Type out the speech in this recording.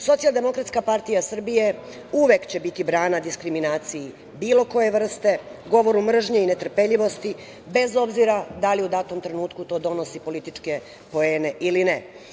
Socijaldemokratska partija Srbije uvek će biti brana diskriminaciji bilo koje vrste, govoru mržnje, netrpeljivosti, bez obzira da li u datom trenutku to donosi političke poene ili ne.